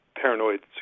paranoid